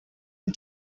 and